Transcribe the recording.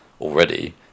Already